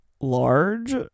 large